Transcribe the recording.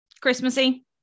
Christmassy